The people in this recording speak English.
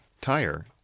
tire